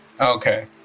Okay